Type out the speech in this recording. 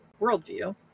worldview